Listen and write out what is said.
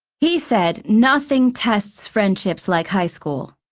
he said nothing tests friendships like high school,